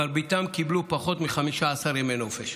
מרביתם קיבלו פחות מ-15 ימי נופש.